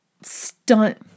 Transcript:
stunt